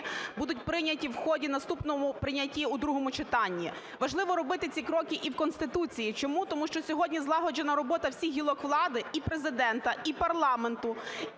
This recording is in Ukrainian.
будуть прийняті в ході… в наступному прийнятті у другому читанні. Важливо робити ці кроки і в Конституції. Чому? Тому що сьогодні злагоджена робота всіх гілок влади – і Президента, і парламенту,